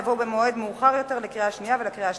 יבוא במועד מאוחר יותר לקריאה השנייה ולקריאה השלישית.